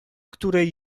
której